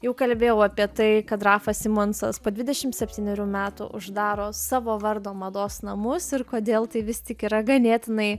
jau kalbėjau apie tai kad rafas simonsas po dvidešimt septynerių metų uždaro savo vardo mados namus ir kodėl tai vis tik yra ganėtinai